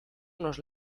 unos